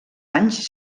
anys